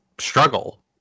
struggle